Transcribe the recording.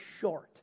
short